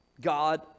God